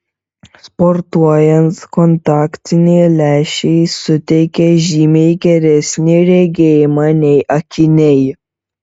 sportuojant kontaktiniai lęšiai suteikia žymiai geresnį regėjimą nei akiniai